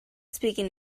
speaking